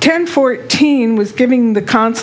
ten fourteen with giving the co